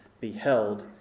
beheld